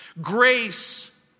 Grace